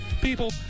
people